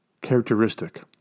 characteristic